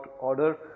order